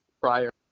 prior